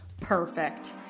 Perfect